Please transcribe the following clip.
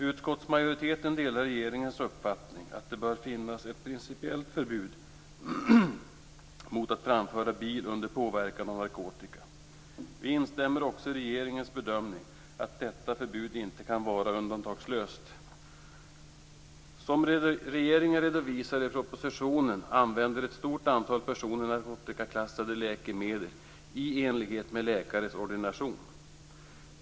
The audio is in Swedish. Utskottsmajoriteten delar regeringens uppfattning att det bör finnas ett principiellt förbud mot att framföra bil under påverkan av narkotika. Vi instämmer också i regeringens bedömning att detta förbud inte kan vara undantagslöst. Som regeringen redovisar i propositionen använder ett stort antal personer narkotikaklassade läkemedel i enlighet med läkares ordination.